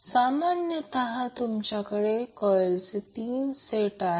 तर current I Vg R g RL j x g आहे